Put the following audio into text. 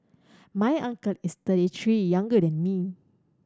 my uncle is thirty three younger than me